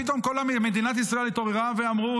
פתאום כל מדינת ישראל התעוררה ואמרו,